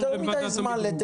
יש לך יותר מדי זמן לטלוויזיה.